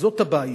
וזאת הבעיה,